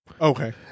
okay